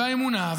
האמונה,